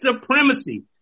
supremacy